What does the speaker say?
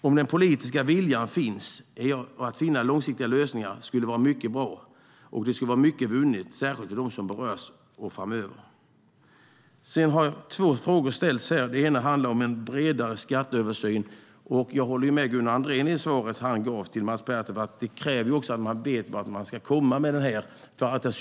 Om den politiska viljan att finna långsiktiga lösningar finns skulle mycket vara vunnit, särskilt för dem som berörs. Två frågor har ställts. Den ena handlar om en bredare skatteöversyn. Jag håller med Gunnar Andrén i det svar som han gav till Mats Pertoft - att det kräver att man vet vart man ska komma med utredningen.